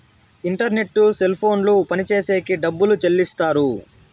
internet cell ఫోన్లు పనిచేసేకి డబ్బులు చెల్లిస్తారు